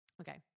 okay